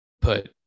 put